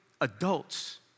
adults